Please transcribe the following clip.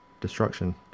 destruction